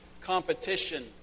competition